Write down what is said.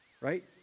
right